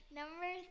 number